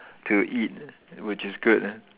to eat which is good ah